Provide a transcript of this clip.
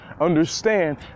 understand